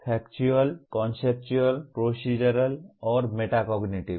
factual conceptual procedural और metacognitive